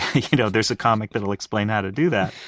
you know there's a comic that'll explain how to do that.